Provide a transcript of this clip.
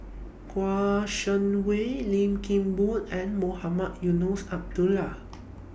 Kouo Shang Wei Lim Kim Boon and Mohamed Eunos Abdullah